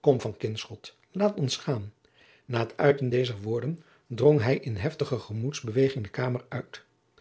kom van kinschot laat ons gaan na het uiten dezer woorden drong hij in hevige gemoedsbeweging de kamer uit